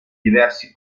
diversi